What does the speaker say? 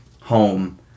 home